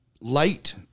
light